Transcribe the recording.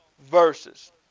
verses